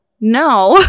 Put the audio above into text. No